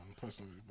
personally